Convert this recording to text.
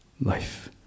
life